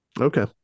Okay